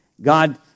God